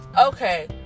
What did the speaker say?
okay